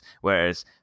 Whereas